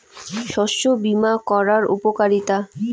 শস্য বিমা করার উপকারীতা?